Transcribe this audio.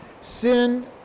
Sin